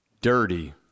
dirty